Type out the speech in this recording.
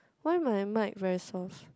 why my mic very soft